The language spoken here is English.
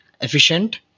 efficient